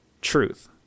truth